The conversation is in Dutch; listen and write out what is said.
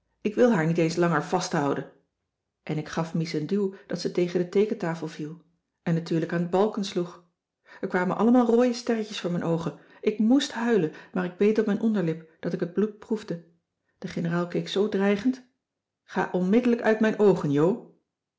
ik wil haar niet eens langer vasthouden en ik gaf mies een duw dat ze tegen de teekentafel viel en natuurlijk aan t balken sloeg er kwamen allemaal rooie sterretjes voor mijn oogen ik moèst huilen maar ik beet op mijn onderlip dat ik het bloed proefde de generaal keek zoo dreigend ga onmiddellijk uit mijn oogen jo